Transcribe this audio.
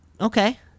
okay